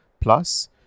Plus